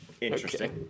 Interesting